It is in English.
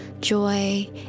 joy